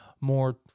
more